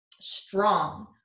strong